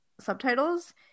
subtitles